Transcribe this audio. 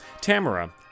Tamara